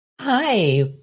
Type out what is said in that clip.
hi